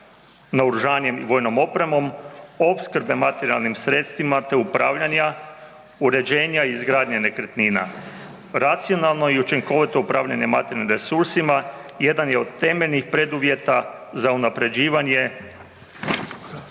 naoružanjem i vojnom opremom, opskrbe materijalnim sredstvima te upravljanja, uređenja i izgradnje nekretnina. Racionalno i učinkovito upravljanje materijalnim resursima jedan je od temeljnih preduvjeta za unaprjeđivanje